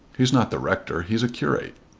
he's not the rector. he's a curate.